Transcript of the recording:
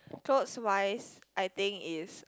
clothes wise I think is